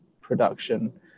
production